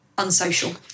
Unsocial